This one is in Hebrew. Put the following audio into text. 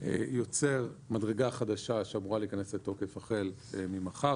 יוצר מדרגה חדשה שאמורה להיכנס לתוקף החל ממחר,